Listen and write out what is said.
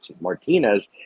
Martinez